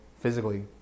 physically